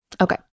Okay